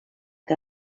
que